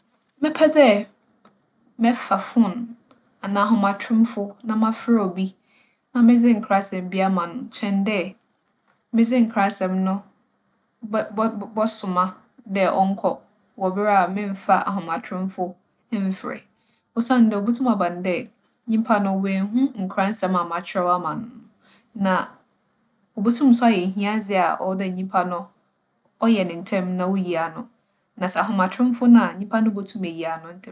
Mɛpɛ dɛ mɛfa foon anaa ahomatromfo na mafrɛ obi na medze nkransɛm bi ama no kyɛn dɛ medze nkransɛm no bɛ - bͻ - bͻ - bͻsoma dɛ ͻnkͻ wͻ ber a memmfa ahomatromfo mmfrɛ. Osiandɛ obotum aba no dɛ, nyimpa no, oennhu nkransɛm a makyerɛw ama no no. Na obotum so ayɛ ehiadze a ͻwͻ dɛ nyimpa no ͻyɛ no ntsɛm na oyi ano. Na sɛ ahomatromfo no a, nyimpa no botum eyi ano ntsɛm.